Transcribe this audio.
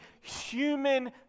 human